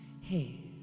hey